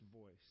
voice